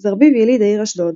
זרביב יליד העיר אשדוד,